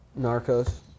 Narcos